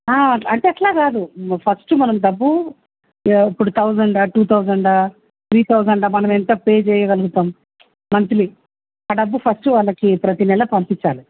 అంటే అట్లకాదు ఫస్ట్ మనం డబ్బు ఇప్పుడు thousand two thousand three thousand మనం ఎంత పే చేయగలుగుతాం మంత్లీ ఆ డబ్బు ఫస్ట్ వాళ్ళకి ప్రతినెల పంపించాలి